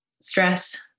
stress